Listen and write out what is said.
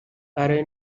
برای